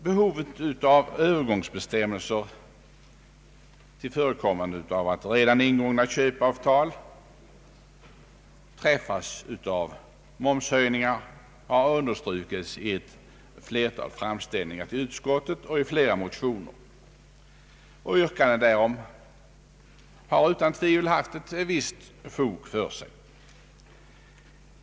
Behovet av övergångsbestämmelser till förekommande av att redan ingångna köpeavtal träffas av momshöjningar har understrukits i ett flertal framställningar till utskottet och i flera motioner. Yrkanden därom har utan tvivel haft ett visst fog för sig.